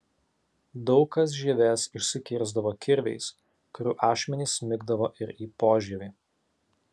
daug kas žievės išsikirsdavo kirviais kurių ašmenys smigdavo ir į požievį